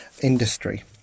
industry